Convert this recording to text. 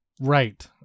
Right